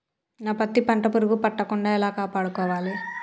నా పత్తి పంట పురుగు పట్టకుండా ఎలా కాపాడుకోవాలి?